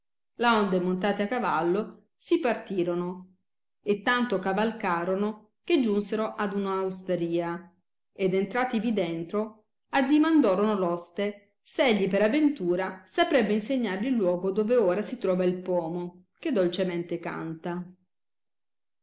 laonde montati a cavallo si partirono e tanto cavalcarono che giunsero ad una ostaria ed entrativi dentro addimandorono l oste s egli per aventura saprebbe insignarli il luogo dove ora si trova il pomo che dolcemente canta